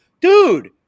dude